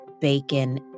Bacon